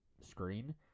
screen